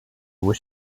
was